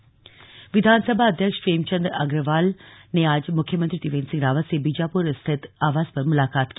निमंत्रण विधानसभा अध्यक्ष प्रेमचंद अग्रवाल ने आज मुख्यमंत्री त्रिवेंद्र सिंह रावत से बीजापुर स्थित आवास पर मुलाकात की